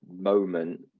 moment